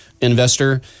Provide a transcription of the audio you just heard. investor